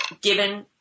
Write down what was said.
given